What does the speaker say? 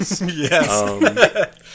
Yes